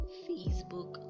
facebook